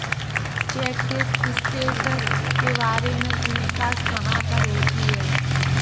Check के status के बारे में पूछताछ कहाँ पर होती है?